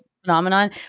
phenomenon